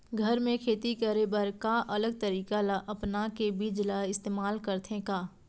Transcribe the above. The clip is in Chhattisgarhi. घर मे खेती करे बर का अलग तरीका ला अपना के बीज ला इस्तेमाल करथें का?